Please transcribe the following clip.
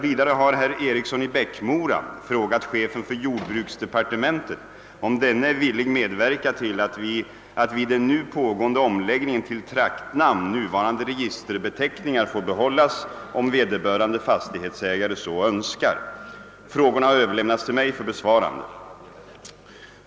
Vidare har herr Eriksson i Bäckmora frågat chefen för jordbruksdepartementet om denne är villig medverka till att vid den nu pågående om läggningen till traktnamn nuvarande registerbeteckningar får behållas om vederbörande fastighetsägare så önskar. Frågorna har överlämnats till mig för besvarande.